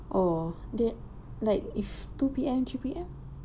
oh that like if two P_M three P_M